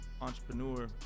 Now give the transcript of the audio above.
entrepreneur